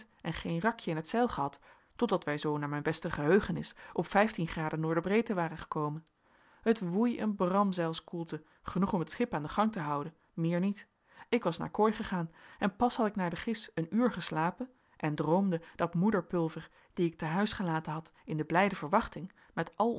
en geen rakje in t zeil gehad totdat wij zoo naar mijn beste geheugenis op vijftien graden n b waren gekomen het woei een bramzeilskoelte genoeg om het schip aan den gang te houden meer niet ik was naar kooi gegaan en pas had ik naar de gis een uur geslapen en droomde dat moeder pulver die ik te huis gelaten had in de blije verwachting met al